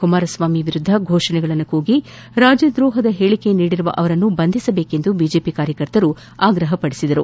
ಕುಮಾರಸ್ವಾಮಿ ವಿರುದ್ದ ಫೋಷಣೆ ಕೂಗಿ ರಾಜ ದ್ರೋಹದ ಹೇಳಿಕೆ ನೀಡಿರುವ ಅವರನ್ನು ಬಂಧಿಸಬೇಕೆಂದು ಬಿಜೆಪಿ ಕಾರ್ಯಕರ್ತರು ಆಗ್ರಹಿಸಿದರು